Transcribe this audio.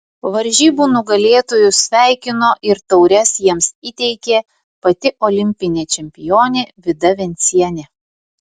varžybų nugalėtojus sveikino ir taures jiems įteikė pati olimpinė čempionė vida vencienė